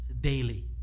daily